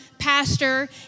pastor